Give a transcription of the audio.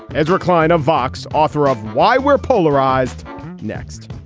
ezra klein of vox. author of why we're polarized next,